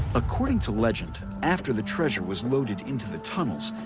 according to legend, after the treasure was loaded into the tunnels,